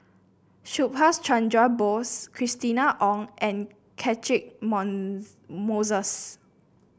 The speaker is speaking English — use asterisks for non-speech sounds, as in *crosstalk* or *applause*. Subhas Chandra Bose Christina Ong and Catchick *unintelligible* Moses